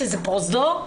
שזה פרוזדור,